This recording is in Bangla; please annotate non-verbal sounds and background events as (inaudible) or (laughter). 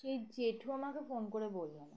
সেই জেঠু আমাকে ফোন করে বলল (unintelligible)